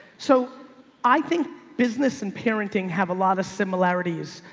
so i think business and parenting have a lot of similarities.